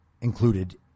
included